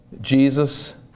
Jesus